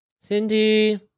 Cindy